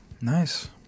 Nice